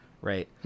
right